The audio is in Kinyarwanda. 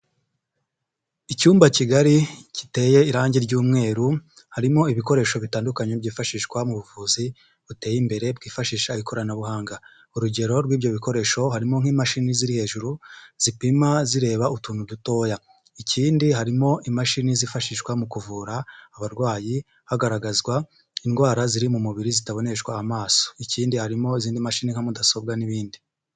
Icyumba kigari giteye irangi ry'umweru, harimo ibikoresho bitandukanye byifashishwa mu buvuzi buteye imbere bwifashisha ikoranabuhanga. Urugero rw'ibyo bikoresho harimo nk'imashini ziri hejuru zipima zireba utuntu dutoya, ikindi harimo imashini zifashishwa mu kuvura abarwayi hagaragazwa indwara ziri mu mubiri zitaboneshwa amaso, ikindi harimo izindi mashini nka mudasobwa n'ibindi.